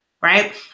right